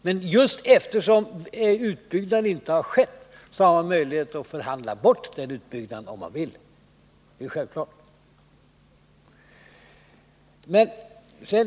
Men just eftersom utbyggnaden inte har skett, så har man möjlighet att förhandla bort utbyggnaden, om man vill — det är självklart.